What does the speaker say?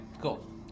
cool